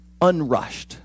unrushed